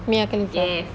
mia khalifa